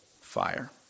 fire